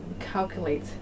calculate